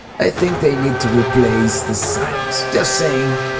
i think they need to replace the signs. just saying.